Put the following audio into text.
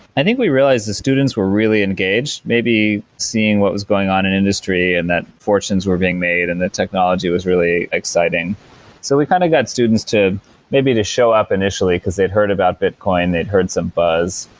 i think we realized the students were really engaged maybe seeing what was going on in industry and that fortunes were being made and the technology was really exciting so we kind of got students to maybe to show up initially because they've heard about bitcoin and they've heard some buzz.